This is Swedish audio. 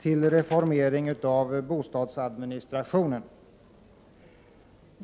till reformering av bostadsadministrationen.